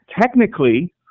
technically